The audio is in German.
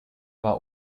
war